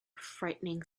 frightening